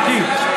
חכי,